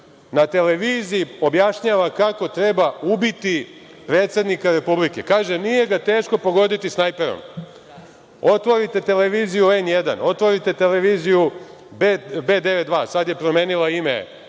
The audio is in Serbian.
na televiziji objašnjava kako treba u biti predsednika Republike? Kaže – nije ga teško pogoditi snajperom. Otvorite televiziju N1, otvorite televiziju B92, sada je promenila ime,